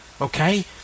Okay